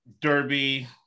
Derby